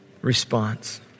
response